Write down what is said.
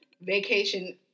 vacation